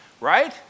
Right